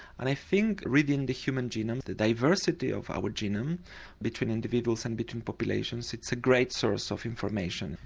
and i think reading the human genome, the diversity of our genome between individuals and between populations it's a great source of information.